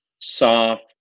soft